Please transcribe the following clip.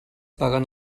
paguen